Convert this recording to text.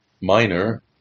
minor